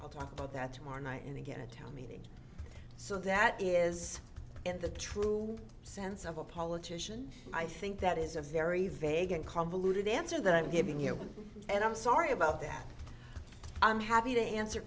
i'll talk about that tomorrow night and again a town meeting so that is in the true sense of a politician i think that is a very very big and convoluted answer that i'm giving you and i'm sorry about that i'm happy to answer